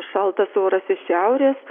šaltas oras iš šiaurės